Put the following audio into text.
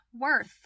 worth